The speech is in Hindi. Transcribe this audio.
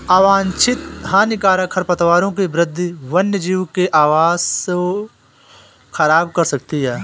अवांछित हानिकारक खरपतवारों की वृद्धि वन्यजीवों के आवास को ख़राब कर सकती है